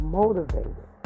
motivated